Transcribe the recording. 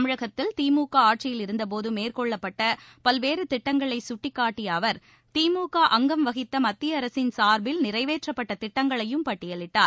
தமிழகத்தில் திமுகஆட்சியில் இருந்தபோதமேற்கொள்ளப்பட்டபல்வேறுதிட்டங்களைசுட்டிக்காட்டியஅவர் திமுக அங்கம் வகித்தமத்தியஅரசின் சார்பில் நிறைவேற்றப்பட்டதிட்டங்களையும் பட்டியலிட்டார்